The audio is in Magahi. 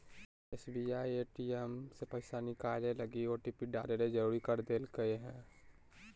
एस.बी.आई ए.टी.एम से पैसा निकलैय लगी ओटिपी डाले ले जरुरी कर देल कय हें